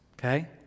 okay